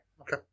Okay